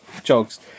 jokes